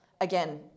again